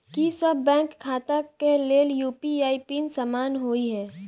की सभ बैंक खाता केँ लेल यु.पी.आई पिन समान होइ है?